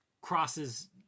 crosses